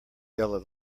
yellow